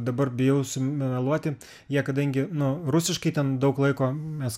dabar bijau sumeluoti jie kadangi nu rusiškai ten daug laiko mes